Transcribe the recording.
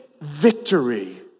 victory